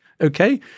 okay